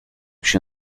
się